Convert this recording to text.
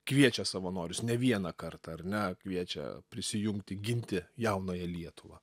kviečia savanorius ne vieną kartą ar ne kviečia prisijungti ginti jaunąją lietuvą